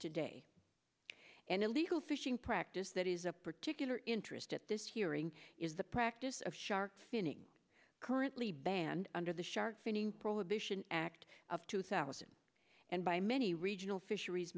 today and illegal fishing practice that is a particular interest at this hearing is the practice of shark finning currently banned under the shark finning prohibition act of two thousand and by many regional fisheries